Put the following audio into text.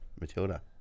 Matilda